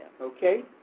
Okay